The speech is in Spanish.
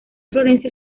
florencia